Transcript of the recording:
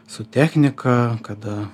su technika kada